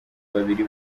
babiri